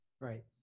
Right